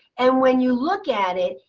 and when you look at it,